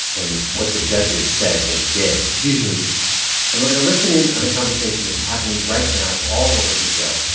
and what the judges said when he did. visually and we're going to listen in on a conversation that's happening right now all over brazil,